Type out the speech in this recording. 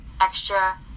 extra